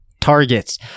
targets